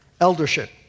eldership